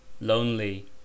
lonely